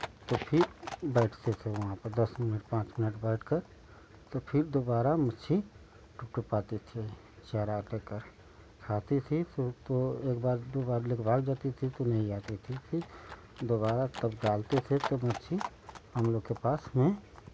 तो फिर बैठते थे वहाँ पर दस मिनट पांच मिनट बैठकर तो फिर दोबारा मच्छी थी चारा खाती थी तो तो एक बार दो बार भाग जाती थी तो नहीं आती थी फिर दोबारा तब डालते थे तो मच्छी हम लोग के पास में